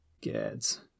Gads